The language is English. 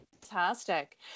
Fantastic